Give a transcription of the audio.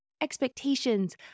expectations